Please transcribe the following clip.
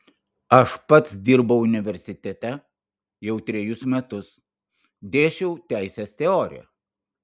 aš pats dirbau universitete jau trejus metus dėsčiau teisės teoriją